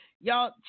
Y'all